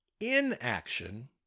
inaction